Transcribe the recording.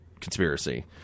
conspiracy